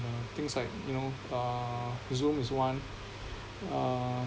uh things like you know uh Zoom is one uh